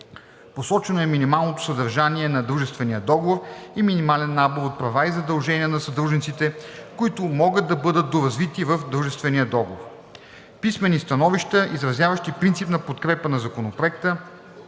Посочено е минималното съдържание на дружествения договор и минимален набор от права и задължения на съдружниците, които могат да бъдат доразвити в дружествения договор. Писмени становища, изразяващи принципна подкрепа на Законопроекта,